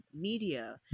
media